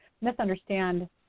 misunderstand